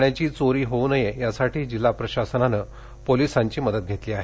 पाण्याची चोरी होऊ नये यासाठी जिल्हा प्रशासनानं पोलीस यंत्रणेची मदत घेतली आहे